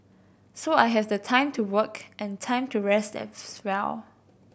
so I has the time to work and time to rest well